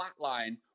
flatline